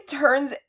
turns